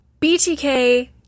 BTK